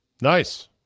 Nice